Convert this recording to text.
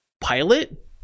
pilot